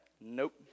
Nope